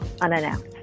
unannounced